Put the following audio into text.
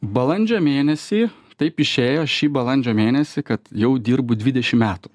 balandžio mėnesį taip išėjo šį balandžio mėnesį kad jau dirbu dvidešim metų